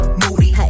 moody